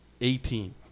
Eighteen